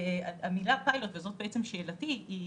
והמילה פיילוט וזאת בעצם שאלתי היא